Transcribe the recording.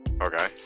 Okay